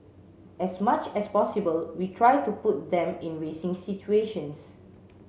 as much as possible we try to put them in racing situations